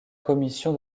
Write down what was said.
commission